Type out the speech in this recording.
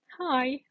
hi